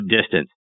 distance